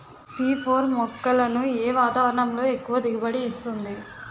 C four మొక్కలను ఏ వాతావరణంలో ఎక్కువ దిగుబడి ఇస్తుంది?